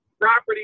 property